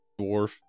dwarf